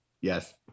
Yes